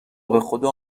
بخدا